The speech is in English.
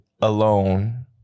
alone